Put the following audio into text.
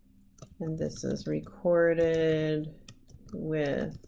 and this is recorded with